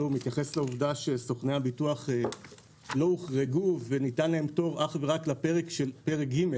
מתייחס לעובדה שסוכני הביטוח לא הוחרגו וניתן להם פטור רק לפרק ג',